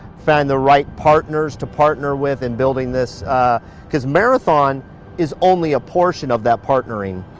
find the right partners to partner with, and building this because marathon is only a portion of that partnering,